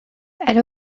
elle